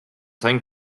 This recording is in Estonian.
sain